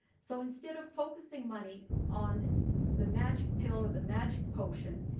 so instead of focusing money on the magic pill or the magic potion,